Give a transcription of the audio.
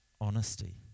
honesty